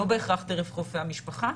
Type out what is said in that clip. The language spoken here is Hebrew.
לא בהכרח דרך רופאי המשפחה,